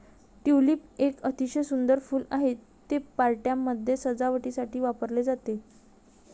tulip एक अतिशय सुंदर फूल आहे, ते पार्ट्यांमध्ये सजावटीसाठी वापरले जाते